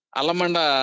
alamanda